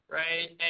right